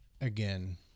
again